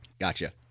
Gotcha